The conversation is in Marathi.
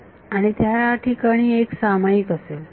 विद्यार्थी आणि त्या ठिकाणी एक सामायिक असेल